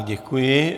Děkuji.